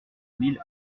mille